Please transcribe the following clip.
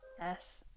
yes